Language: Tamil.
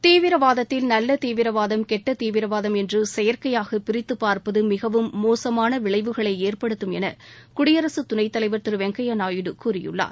தீவிரவாதத்தில் நல்ல தீவிரவாரம் கெட்ட தீவிரவாதம் என்று செயற்கையாக பிரித்து பார்ப்பது மிகவும் மோசமான விளைவுகளை ஏற்படுத்தம் என குடியரசு துணைத்தலைவர் திரு வெங்கையா நாயுடு கூறியுள்ளார்